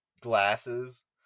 glasses